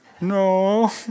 No